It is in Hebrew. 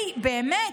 באמת,